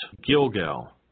Gilgal